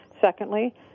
Secondly